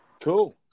Cool